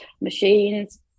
machines